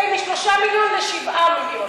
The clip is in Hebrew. מ-3 מיליון ל-7 מיליון.